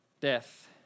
death